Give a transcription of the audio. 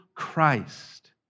Christ